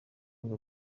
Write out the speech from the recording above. ngo